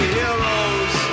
heroes